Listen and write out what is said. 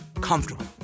comfortable